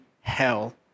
Hell